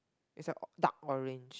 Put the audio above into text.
it's a dark orange